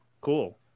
cool